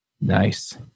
Nice